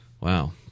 Wow